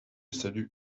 salue